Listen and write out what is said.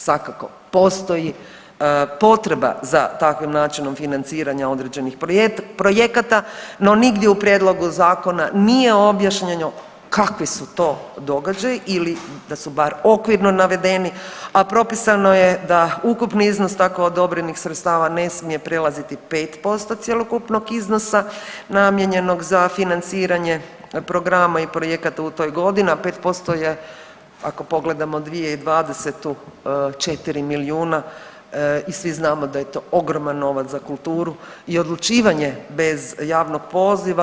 Svakako postoji potreba za takvim načinom financiranja određenih projekata, no nigdje u prijedlogu zakona nije objašnjeno kakvi su to događaji ili da su bar okvirno navedeni, a propisano je da ukupni iznos tako odobrenih sredstava ne smije prelaziti 5% cjelokupnog iznosa namijenjenog za financiranje programa i projekata u toj godini, a 5% je ako pogledamo 2020. 4 milijuna i svi znamo da je to ogroman novac za kulturu i odlučivanje bez javnog poziva.